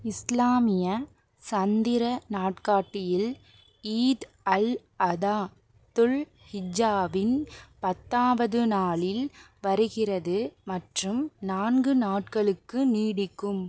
இஸ்லாமிய சந்திர நாட்காட்டியில் ஈத் அல் அதா துல் ஹிஜ்ஜாவின் பத்தாவது நாளில் வருகிறது மற்றும் நான்கு நாட்களுக்கு நீடிக்கும்